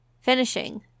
finishing